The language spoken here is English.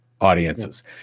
audiences